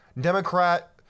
Democrat